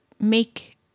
make